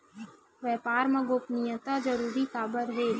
व्यापार मा गोपनीयता जरूरी काबर हे?